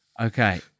okay